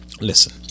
Listen